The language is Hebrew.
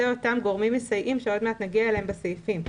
אלה אותם גורמים מסייעים שעוד מעט נגיע אליהם בסעיפים.